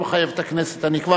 לא מחייב את הכנסת,